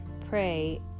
pray